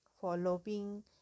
following